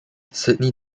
sidney